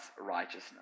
righteousness